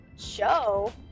show